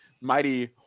mighty